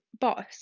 boss